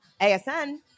ASN